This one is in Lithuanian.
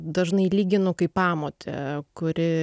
dažnai lyginu kaip pamotę kuri